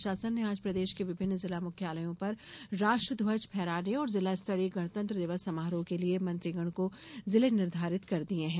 राज्य शासन ने आज प्रदेश के विभिन्न जिला मुख्यालयों पर राष्ट्र ध्वज फहराने और जिला स्तरीय गणतंत्र दिवस समारोह के लिये मंत्रीगण को जिले निर्धारित कर दिये हैं